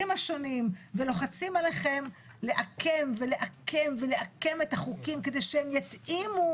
השונים ולוחצים עליכם לעקם ולעקם ולעקם את החוקים כדי שהם יתאימו